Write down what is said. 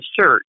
search